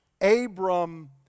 Abram